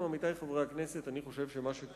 עמיתי חברי הכנסת, אומר לכם שאני חושב שמה שקרה,